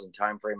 timeframe